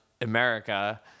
America